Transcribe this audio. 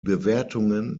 bewertungen